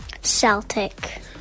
Celtic